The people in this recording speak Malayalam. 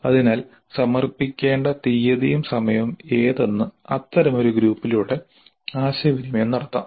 അതിനാൽ സമർപ്പിക്കേണ്ട തീയതിയും സമയവും ഏതെന്ന് അത്തരമൊരു ഗ്രൂപ്പിലൂടെ ആശയവിനിമയം നടത്താം